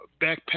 backpack